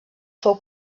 fou